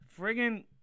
friggin